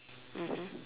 mmhmm